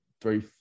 three